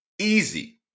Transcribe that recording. easy